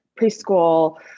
Preschool